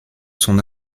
son